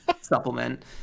supplement